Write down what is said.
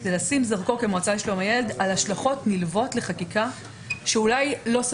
זה לשים זרקור כמועצה לשלום הילד על השלכות נלוות לחקיקה